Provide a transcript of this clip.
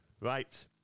Right